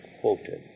quoted